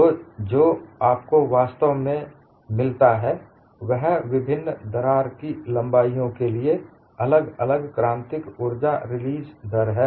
तो जो आपको वास्तव में जो मिलता है वह विभिन्न प्रारंभिक दरार की लम्बाईयों के लिए अलग अलग क्रांतिक ऊर्जा रिलीज दर है